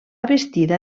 vestida